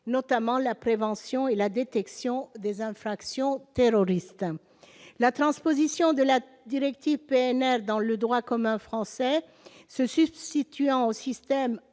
notamment la prévention et la détection des infractions terroristes. La transposition de la directive PNR dans le droit commun français, qui se substitue à l'actuel système